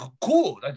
cool